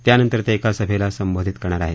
त्यानंतर ते एका सभेला संबोधीत करणार आहेत